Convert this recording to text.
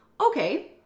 okay